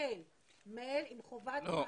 מייל עם חובת מענה.